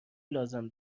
لازم